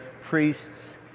priests